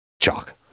chalk